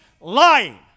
lying